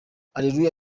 areruya